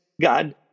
God